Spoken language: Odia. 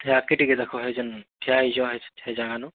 ହେ ଆଗ୍କେ ଟିକେ ଦେଖ ହେ ଯେନ୍ ଠିଆ ହେଇଛ ହେ ଜାଗାନୁ